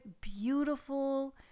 beautiful